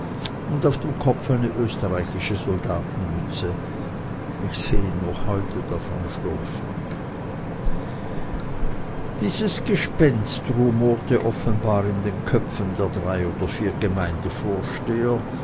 und auf dem kopfe eine österreichische soldatenmütze ich seh ihn noch heute davonschlurfen dieses gespenst rumorte offenbar in den köpfen der drei oder vier